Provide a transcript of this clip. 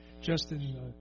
Justin